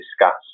discuss